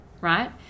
right